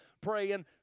praying